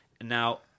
Now